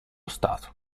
stato